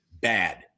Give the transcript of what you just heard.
bad